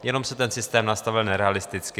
Jenom se ten systém nastavil nerealisticky.